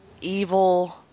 evil